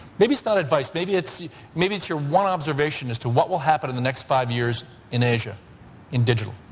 maybe it's not advice, maybe it's maybe it's your one observation as to what will happen in the next five years in asia in digital.